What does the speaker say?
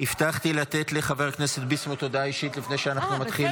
הבטחתי לתת לחבר הכנסת ביסמוט הודעה אישית לפני שאנחנו מתחילים.